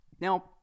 Now